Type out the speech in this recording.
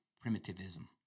primitivism